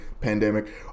pandemic